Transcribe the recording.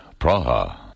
Praha